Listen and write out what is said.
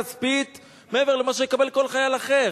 כספים מעבר למה שיקבל כל חייל אחר.